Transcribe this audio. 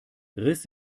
riss